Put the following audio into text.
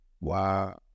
Wow